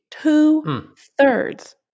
two-thirds